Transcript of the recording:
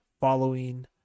following